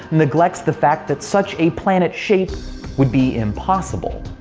neglects the fact that such a planet shape would be impossible.